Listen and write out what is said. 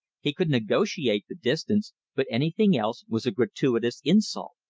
he could negotiate the distance but anything else was a gratuitous insult.